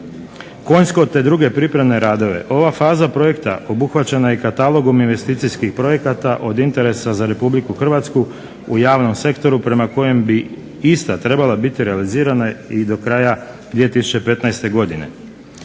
Konjsko, te druge pripremne radove. Ova faza projekta obuhvaćena je katalogom investicijskih projekata od interesa za Republiku Hrvatsku u javnom sektoru prema kojem bi ista trebala biti realizirana i do kraja 2015. godine.